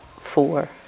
four